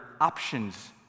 options